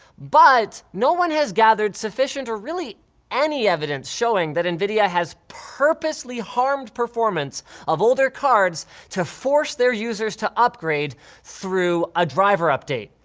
but, no one has gathered sufficient, or really any evidence showing that nvidia has purposely harmed performance of older cards to force their users to upgrade through a driver update.